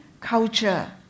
culture